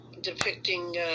depicting